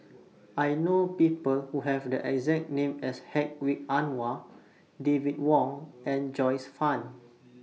I know People Who Have The exact name as Hedwig Anuar David Wong and Joyce fan